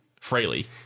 freely